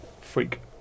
freak